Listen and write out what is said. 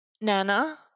Nana